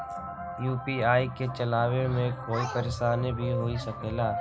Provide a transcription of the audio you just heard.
UPI के चलावे मे कोई परेशानी भी हो सकेला?